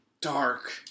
Dark